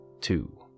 Two